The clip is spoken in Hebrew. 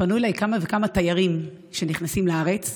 פנו אליי כמה וכמה תיירים שנכנסים לארץ,